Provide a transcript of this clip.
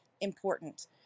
important